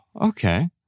okay